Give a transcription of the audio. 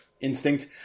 instinct